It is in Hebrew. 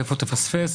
ואיפה תפספס.